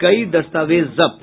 कई दस्तावेज जब्त